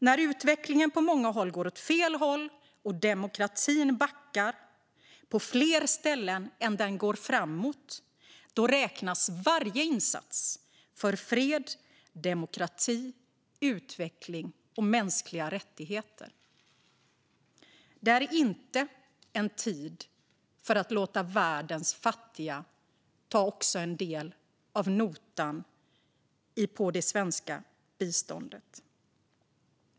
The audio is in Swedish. När utvecklingen på många håll går åt fel håll och demokratin backar på fler ställen än den går framåt räknas varje insats för fred, demokrati, utveckling och mänskliga rättigheter. Det här är inte en tid att låta världens fattiga ta en del av notan för det svenska biståndet.